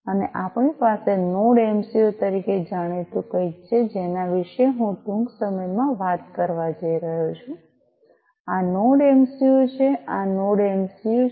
અને આપણી પાસે નોડ એમસીયુ તરીકે જાણીતું કંઈક છે જેના વિશે હું ટૂંક સમયમાં વાત કરવા જઈ રહ્યો છું આ નોડ એમસીયુ છે આ નોડ એમસીયુ છે